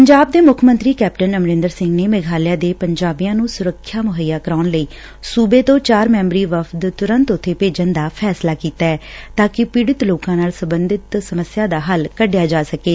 ਪੰਜਾਬ ਦੇ ਮੁੱਖ ਮੰਤਰੀ ਕੈਪਟਨ ਅਮਰਿੰਦਰ ਸਿੰਘ ਨੇ ਮੇਘਾਲਿਆ ਦੇ ਪੰਜਾਬੀਆਂ ਨੂੰ ਸੁਰੱਖਿਆ ਮੁਹੱਈਆ ਕਰਾਉਣ ਲਈ ਸੁਬੇ ਤੋਂ ਚਾਰ ਮੈਂਬਰੀ ਵਫ਼ਦ ਤੁਰੰਤ ਉਥੇ ਭੇਜਣ ਦਾ ਫੈਸਲਾ ਕੀਤੈ ਤਾਂ ਕਿ ਪੀੜਤ ਲੋਕਾਂ ਨਾਲ ਸਬੰਧਤ ਮਸਲਿਆਂ ਦਾ ਹੱਲ ਕੱਢਿਆ ਜਾ ਸਕੇ